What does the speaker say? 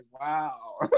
wow